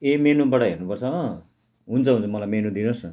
ए मेनुबाट हेर्नुपर्छ अँ हुन्छ हुन्छ मलाई मेनु दिनुहोस् न